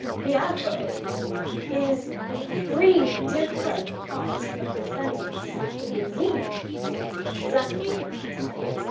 the adverb is in three different parts of the sentence but the meaning is exactly the same.